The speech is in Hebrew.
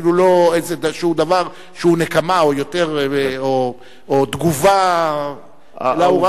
אפילו לא איזה דבר שהוא נקמה או תגובה לעובדה,